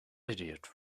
idiot